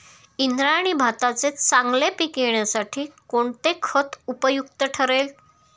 इंद्रायणी भाताचे चांगले पीक येण्यासाठी कोणते खत उपयुक्त ठरेल?